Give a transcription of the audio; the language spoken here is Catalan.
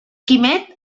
quimet